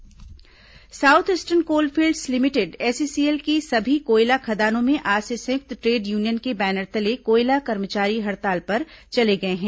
कोल company हड़ताल south eastern coal fields limited SECL की सभी कोयला खदानों में आज से संयुक्त ट्रेड यूनियन के बैनर तले कोयला कर्मचारी हड़ताल पर चले गए हैं